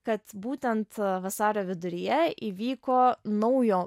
kad būtent vasario viduryje įvyko naujo